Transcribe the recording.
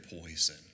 poison